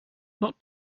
not